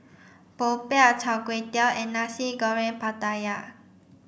Popiah Char Kway Teow and Nasi Goreng Pattaya